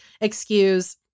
excuse